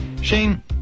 Shane